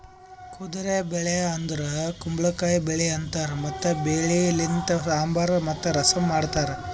ಕುದುರೆ ಬೆಳಿ ಅಂದುರ್ ಕುಂಬಳಕಾಯಿ ಬೆಳಿ ಅಂತಾರ್ ಮತ್ತ ಬೆಳಿ ಲಿಂತ್ ಸಾಂಬಾರ್ ಮತ್ತ ರಸಂ ಮಾಡ್ತಾರ್